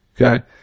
Okay